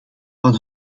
van